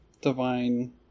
divine